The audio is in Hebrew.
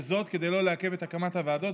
וזאת כדי לא לעכב את הקמת הוועדות,